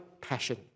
passion